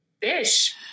fish